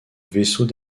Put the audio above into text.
vaisseaux